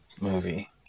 movie